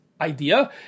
idea